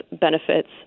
benefits